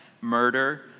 murder